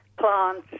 plants